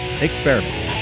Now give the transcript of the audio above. experiment